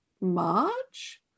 March